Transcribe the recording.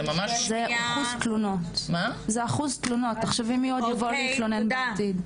זה אחוז תלונות, תחשבי רק מי יבוא להתלונן בעתיד.